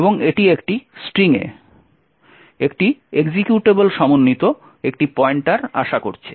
এবং এটি একটি স্ট্রিং এ একটি এক্সিকিউটেবল সমন্বিত একটি পয়েন্টার আশা করছে